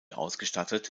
ausgestattet